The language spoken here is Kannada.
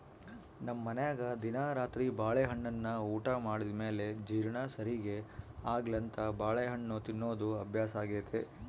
ನಮ್ಮನೆಗ ದಿನಾ ರಾತ್ರಿ ಬಾಳೆಹಣ್ಣನ್ನ ಊಟ ಮಾಡಿದ ಮೇಲೆ ಜೀರ್ಣ ಸರಿಗೆ ಆಗ್ಲೆಂತ ಬಾಳೆಹಣ್ಣು ತಿನ್ನೋದು ಅಭ್ಯಾಸಾಗೆತೆ